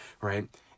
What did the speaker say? right